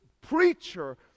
preacher